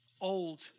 old